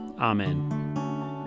Amen